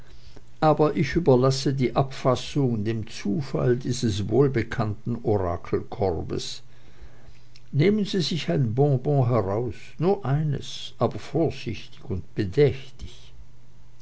aber ich überlasse die abfassung dem zufall dieses wohlbekannten orakelkorbes nehmen sie sich ein bonbon heraus nur eines aber vorsichtig und bedächtig